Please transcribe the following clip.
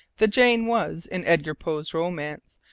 the jane was, in edgar poe's romance,